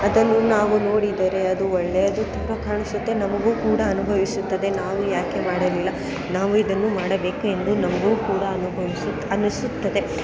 ಅದನ್ನು ನಾವು ನೋಡಿದರೆ ಅದು ಒಳ್ಳೆಯದು ತುಂಬ ಕಾಣಿಸುತ್ತೆ ನಮಗೂ ಕೂಡ ಅನುಭವಿಸುತ್ತದೆ ನಾವು ಯಾಕೆ ಮಾಡಲಿಲ್ಲ ನಾವು ಇದನ್ನು ಮಾಡಬೇಕು ಎಂದು ನಮಗೂ ಕೂಡ ಅನುಭವಿಸುತ್ತೆ ಅನ್ನಿಸುತ್ತದೆ